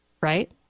Right